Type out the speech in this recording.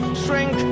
shrink